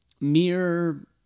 mere